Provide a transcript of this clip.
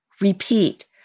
Repeat